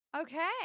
Okay